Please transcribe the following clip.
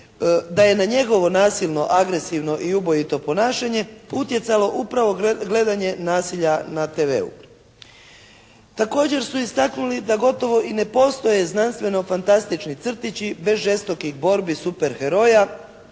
da je na njegovo nasilno, agresivno i ubojito ponašanje utjecalo upravo gledanje nasilja na TV-u. Također su istaknuli da gotovo i ne postoje znanstveno-fantastični crtići bez žestokih borbi super heroja,